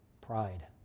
Pride